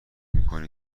میکنی